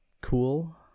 cool